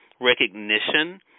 recognition